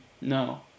No